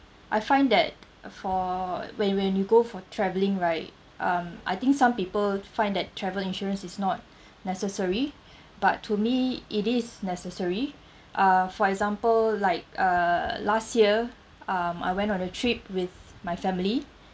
I find that uh for when when you go for travelling right um I think some people find that travel insurance is not necessary but to me it is necessary uh for example like uh last year um I went on a trip with my family